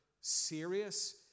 serious